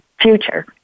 future